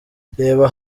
reba